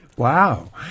Wow